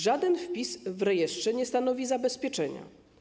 Żaden wpis w rejestrze nie stanowi zabezpieczenia.